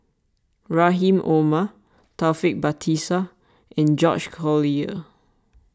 Rahim Omar Taufik Batisah and George Collyer